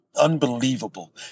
unbelievable